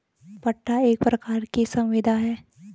पट्टा एक प्रकार की संविदा है